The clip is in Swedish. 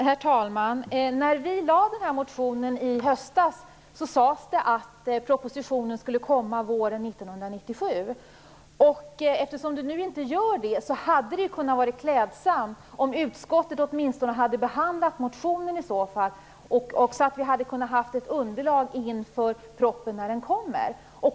Herr talman! När vi lade fram den här motionen i höstas sades det att propositionen skulle komma våren 1997. Eftersom den nu inte gör det hade det varit klädsamt om utskottet åtminstone hade behandlat motionen så att vi haft ett underlag när propositionen kommer.